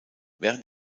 während